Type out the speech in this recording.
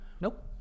Nope